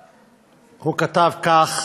הוא כתב כך